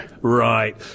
Right